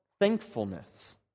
thankfulness